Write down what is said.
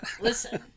Listen